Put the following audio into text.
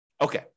Okay